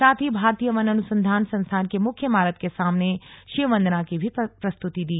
साथ ही भारतीय वन अनुसंधान संस्थान की मुख्य इमारत के सामने शिव वंदना की भी प्रस्तुति दी